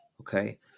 okay